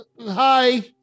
hi